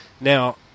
Now